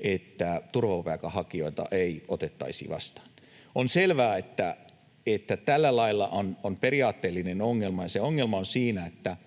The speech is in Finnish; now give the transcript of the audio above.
että turvapaikanhakijoita otettaisiin vastaan. On selvää, että tällä lailla on periaatteellinen ongelma, ja se ongelma on siinä, että